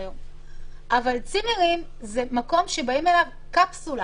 אבל צימרים זה מקום שבאים אליו בקפסולה.